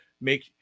make